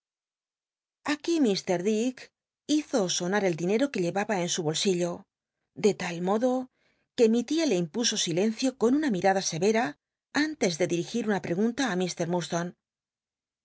dick hizo sona el dinero que lleyaba en su bolsillo de tal modo que mi tia le impuso silencio con una mirada scycra antes de diigir una pregunta